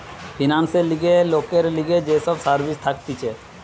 ফিন্যান্সের লিগে লোকের লিগে যে সব সার্ভিস থাকতিছে